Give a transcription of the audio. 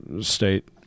state